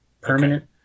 permanent